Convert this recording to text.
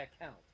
account